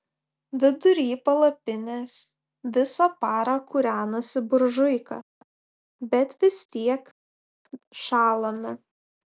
vidury palapinės visą parą kūrenasi buržuika bet vis tiek šąlame